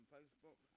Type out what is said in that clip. Facebook